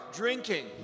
drinking